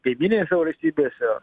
kaimyninėse valstybėse